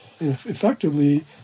effectively